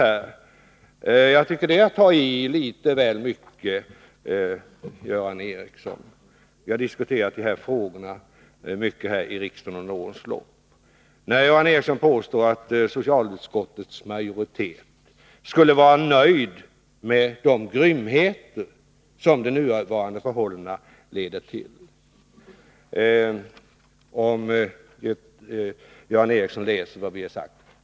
Vi har diskuterat de här frågorna mycket här i riksdagen under årens lopp, och jag tycker att det är att ta i litet väl mycket, Göran Ericsson, att påstå att socialutskottets majoritet skulle vara nöjd med de grymheter som de nuvarande förhållandena leder till. Jag råder Göran Ericsson att läsa vad vi har sagt.